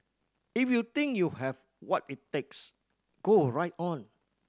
if you think you have what it takes go alright on